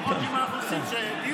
לפחות אם אנחנו עושים דיון,